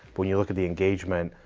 when you look at the engagement,